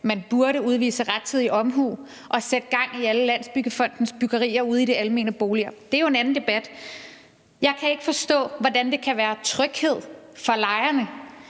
man burde udvise rettidig omhu og sætte gang i alle Landsbyggefondens byggerier ude i de almene boliger. Det er jo en anden debat. Jeg kan ikke forstå, hvordan det kan være tryghed for lejerne,